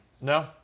No